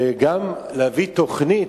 וגם להביא תוכנית,